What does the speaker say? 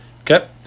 Okay